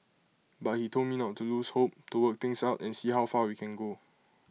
but he told me not to lose hope to work things out and see how far we can go